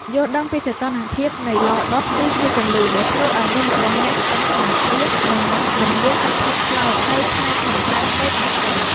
យល់ដឹងពីសីតុណ្ហភាពនៃឡដុត គឺជាគន្លឹះដែលធ្វើឱ្យនំរបស់អ្នកឆ្អិនស្មើគ្នា និង មិនមានសភាពខ្លោចនៅផ្នែកខាងក្រៅពេកនោះទេ។